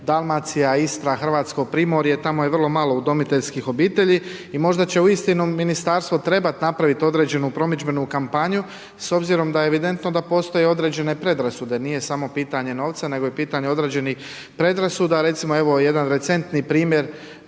Dalmacija, Istra, Hrvatsko primorje, tamo je vrlo malo udomiteljskih obitelji i možda će uistinu ministarstvo trebat napravit određenu promidžbenu kampanju s obzirom da je evidentno da postoje određene predrasude, da nije samo pitanje novca, nego je pitanje određenih predrasuda. Recimo jedan recentni primjer